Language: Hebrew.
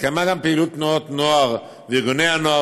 התקיימה גם פעילות תנועות נוער וארגוני נוער